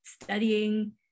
studying